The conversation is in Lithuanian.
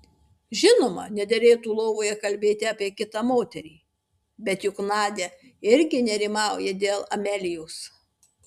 žinoma nederėtų lovoje kalbėti apie kitą moterį bet juk nadia irgi nerimauja dėl amelijos